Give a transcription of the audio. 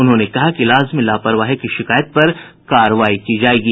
उन्होंने कहा कि इलाज में लापरवाही की शिकायत पर कार्रवाई की जायेगी